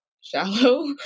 shallow